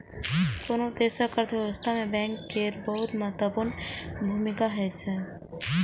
कोनो देशक अर्थव्यवस्था मे बैंक केर बहुत महत्वपूर्ण भूमिका होइ छै